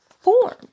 form